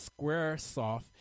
Squaresoft